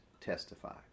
testify